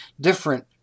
different